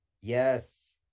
Yes